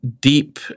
deep